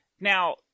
Now